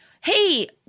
hey